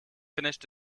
finished